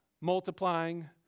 Multiplying